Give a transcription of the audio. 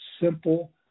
simple